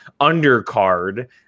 undercard